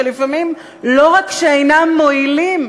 שלפעמים לא רק שאינם מועילים,